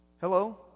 Hello